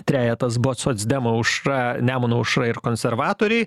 trejetas buvo socdemai aušra nemuno aušra ir konservatoriai